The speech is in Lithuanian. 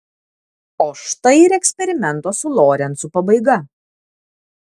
o štai ir eksperimento su lorencu pabaiga